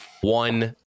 one